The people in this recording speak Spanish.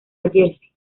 jersey